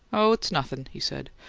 oh, it's nothin', he said.